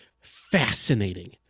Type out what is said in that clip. fascinating